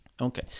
Okay